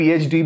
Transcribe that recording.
PhD